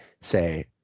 say